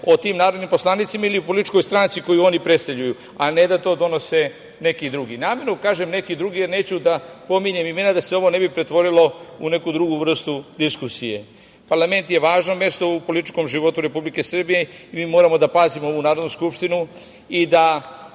o tim narodnim poslanicima ili o političkoj stranci koju oni predstavljaju, a ne da to donose neki drugi. Namerno kažem neki drugi, jer neću da pominjem imena da se ovo ne bi pretvorilo u neku drugu vrstu diskusije. Parlament je važno mesto u političkom životu Republike Srbije i mi moramo da pazimo ovu narodnu skupštinu i da